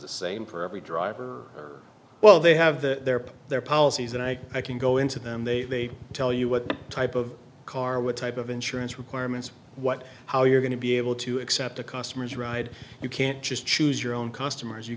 the same for every driver well they have their pick their policies and i can go into them they tell you what type of car what type of insurance requirements what how you're going to be able to accept a customer's ride you can't just choose your own customers you